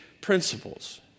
principles